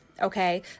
Okay